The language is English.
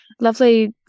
lovely